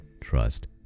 trust